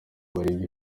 bari